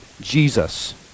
Jesus